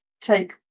take